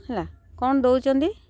ହେଲା କ'ଣ ଦେଉଛନ୍ତି